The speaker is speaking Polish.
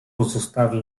pozostawi